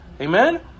Amen